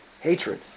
hatred